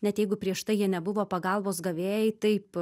net jeigu prieš tai jie nebuvo pagalbos gavėjai taip